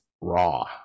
raw